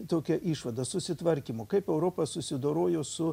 tokią išvadą susitvarkymo kaip europa susidorojo su